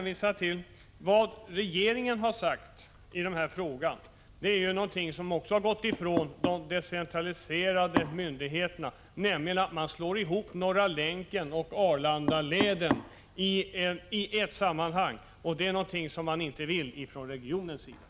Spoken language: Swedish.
Vad regeringen har sagt i den här frågan är något som har gått de decentraliserade myndigheterna förbi, nämligen att man skall slå ihop Norra Länken och Arlandaleden i ett sammanhang. Det vill inte regionens företrädare.